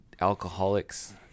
alcoholics